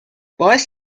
باعث